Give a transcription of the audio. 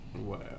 wow